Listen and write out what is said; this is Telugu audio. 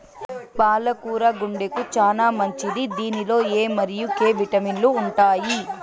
పాల కూర గుండెకు చానా మంచిది దీనిలో ఎ మరియు కే విటమిన్లు ఉంటాయి